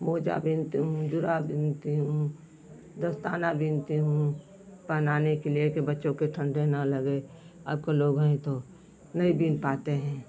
मोज़ा बुनती हूँ जुराब बुनती हूँ दस्ताना बुनती हूँ पहनाने के लिए कि बच्चों के ठंडी न लगे अब के लोग हैं तो नहीं बुन पाते हैं